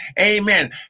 Amen